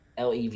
lev